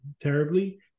terribly